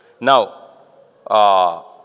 Now